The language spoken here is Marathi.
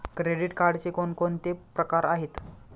क्रेडिट कार्डचे कोणकोणते प्रकार आहेत?